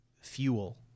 fuel